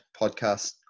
podcast